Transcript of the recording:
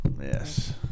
Yes